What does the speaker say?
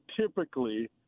typically